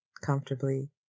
comfortably